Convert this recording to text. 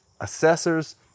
assessors